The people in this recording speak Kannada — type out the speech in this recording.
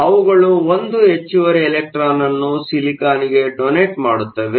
ಆದ್ದರಿಂದ ಅವುಗಳು 1 ಹೆಚ್ಚುವರಿ ಎಲೆಕ್ಟ್ರಾನ್ ಅನ್ನು ಸಿಲಿಕಾನ್ಗೆ ಡೋನೇಟ್ ಮಾಡುತ್ತವೆ